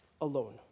alone